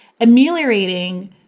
ameliorating